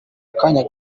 akanya